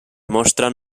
mostren